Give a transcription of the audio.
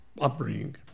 upbringing